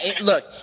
look